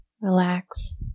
relax